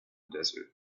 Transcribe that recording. desert